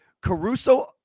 Caruso